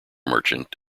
merchant